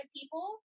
people